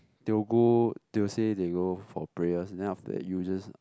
they will go they will say they go for prayers then after that you will just